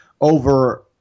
over